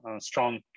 strong